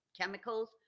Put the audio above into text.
chemicals